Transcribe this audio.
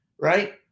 right